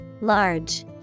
Large